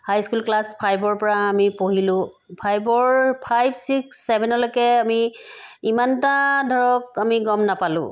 হাই school class ফাইভৰ পৰা আমি পঢ়িলোঁ ফাইভৰ ফাইভ ছিক্স ছেভেনলৈকে আমি ইমানটা ধৰক আমি গম নাপালোঁ